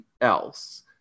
else